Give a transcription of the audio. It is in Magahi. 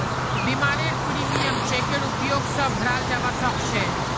बीमारेर प्रीमियम चेकेर उपयोग स भराल जबा सक छे